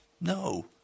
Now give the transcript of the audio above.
No